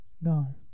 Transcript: No